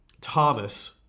Thomas